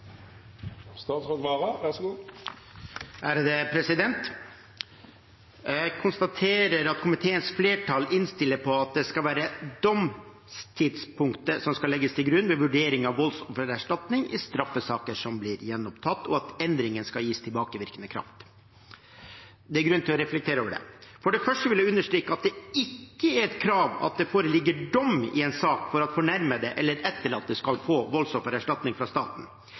Jeg konstaterer at komiteens flertall innstiller på at det skal være domstidspunktet som skal legges til grunn ved vurderingen av voldsoffererstatning i straffesaker som blir gjenopptatt, og at endringen skal gis tilbakevirkende kraft. Det er grunn til å reflektere over det. For det første vil jeg understreke at det ikke er et krav at det foreligger dom i en sak for at fornærmede eller etterlatte skal få voldsoffererstatning fra staten.